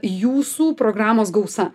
jūsų programos gausa